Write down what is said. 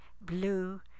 blue